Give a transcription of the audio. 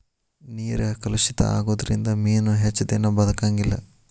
ನೇರ ಕಲುಷಿತ ಆಗುದರಿಂದ ಮೇನು ಹೆಚ್ಚದಿನಾ ಬದಕಂಗಿಲ್ಲಾ